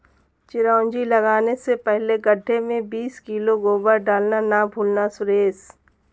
चिरौंजी लगाने से पहले गड्ढे में बीस किलो गोबर डालना ना भूलना सुरेश